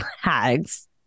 hags